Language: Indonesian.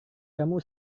kamu